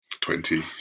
twenty